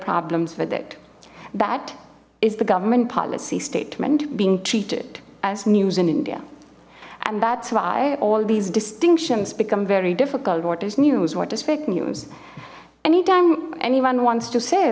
problems with it that is the government policy statement being treated as news in india and that's why all these distinctions become very difficult what is news what is fake news anytime anyone wants to say